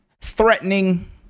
threatening